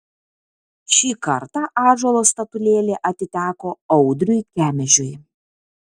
šį kartą ąžuolo statulėlė atiteko audriui kemežiui